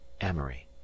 amory